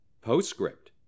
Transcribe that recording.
Postscript